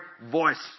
voice